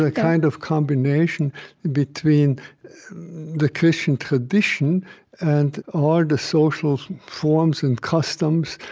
ah kind of combination between the christian tradition and all the social forms and customs.